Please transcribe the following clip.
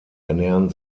ernähren